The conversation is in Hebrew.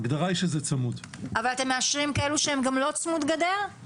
אבל אתם מאשרים כאלו שהם גם לא צמודים לגדר?